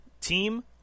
Team